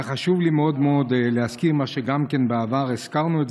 היה חשוב לי מאוד מאוד להזכיר מה שגם בעבר הזכרנו,